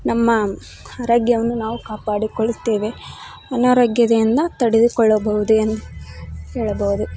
ನಮ್ಮ ಆರೋಗ್ಯವನ್ನು ನಾವು ಕಾಪಾಡಿಕೊಳ್ಳುತ್ತೇವೆ ಅನಾರೋಗ್ಯದಿಂದ ತಡೆದುಕೊಳ್ಳಬಹುದು ಎಂದು ಹೇಳಬಹುದು